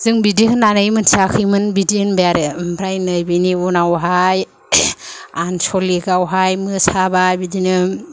जों बिदि होनना मिथियाखैमोन बिदि होनबाय आरो ओमफ्राय नै बेनि उनावहाय आनसलिकआवहाय मोसाबाय बिदिनो